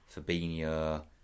Fabinho